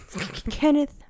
Kenneth